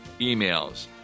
emails